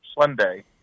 Sunday